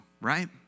right